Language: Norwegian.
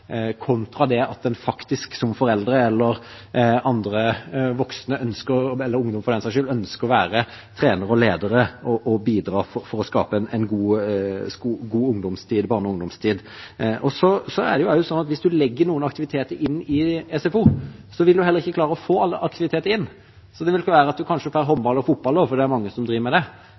kontra det at man som foreldre eller andre voksne – eller ungdom, for den saks skyld – ønsker å være trenere og ledere og bidra til å skape en god barne- og ungdomstid. Hvis man legger noen aktiviteter til SFO, vil man ikke klare å få inn alle aktiviteter. Det kan være at man kanskje tar håndball og fotball, for det er det mange som driver med, og eventuelt ikke speideren, svømming eller koret. Det